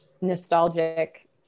nostalgic